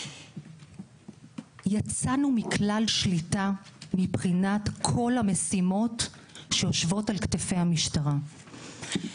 יצאנו מכלל שליטה מבחינת כל המשימות שיושבות על כתפי המשטרה.